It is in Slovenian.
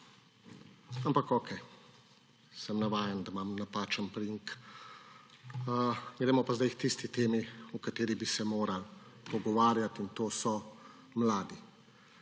Ampak okej, sem navajen, da imam napačen priimek. Gremo pa zdaj k tisti temi, o kateri bi se morali pogovarjati, in to so mladi.